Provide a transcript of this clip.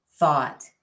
Thought